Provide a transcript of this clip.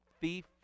thief